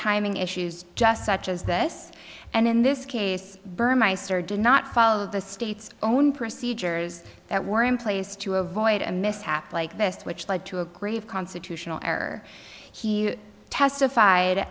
timing issues just such as this and in this case burmeister did not follow the state's own procedures that were in place to avoid a mishap like this which led to a grave constitutional error he testified